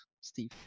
Steve